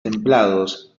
templados